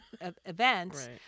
events